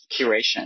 curation